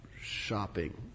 shopping